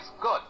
good